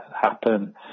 happen